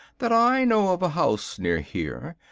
that i know of a house near here,